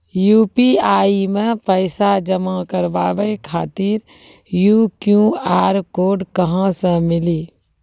UPI मे पैसा जमा कारवावे खातिर ई क्यू.आर कोड कहां से मिली?